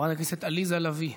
חברת הכנסת עליזה לביא,